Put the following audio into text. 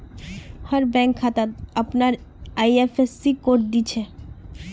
हर bank खातात अपनार IFSC code दि छे